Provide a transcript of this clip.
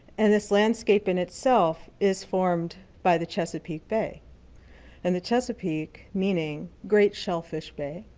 and this landscaping itself is formed by the chesapeake bay and the chesapeake meaning great shellfish bay,